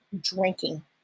drinking